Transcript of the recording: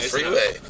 Freeway